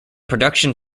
production